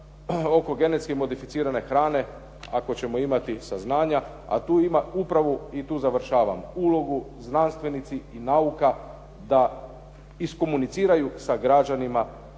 oko genetski modificirane hrane ako ćemo imati saznanja, a tu ima upravu i tu završavam. Ulogu, znanstvenici i nauka da iskomuniciraju sa građanima